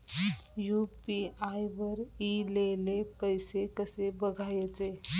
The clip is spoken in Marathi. यू.पी.आय वर ईलेले पैसे कसे बघायचे?